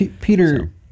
Peter